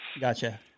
Gotcha